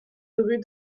rue